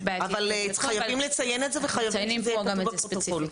אבל חייבים לציין את זה וחייבים שזה יהיה כתוב בפרוטוקול.